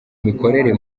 mikorere